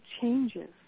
changes